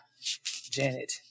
Janet